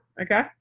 Okay